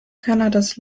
kanadas